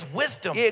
wisdom